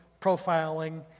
profiling